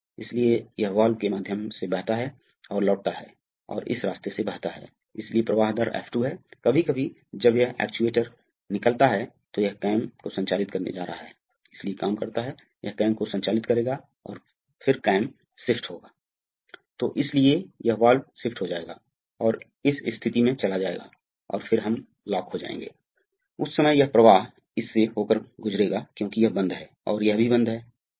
इस माध्यम से नहीं जा सकता इस बिंदु पर इस माध्यम से नहीं जा सकता है अतः यह इस माध्यम से जाता है और धक्का देना शुरू कर देता है वाल्व जे को धक्का देना शुरू कर देता है अतः प्रवाह इस तरह से जाता है जैसे यह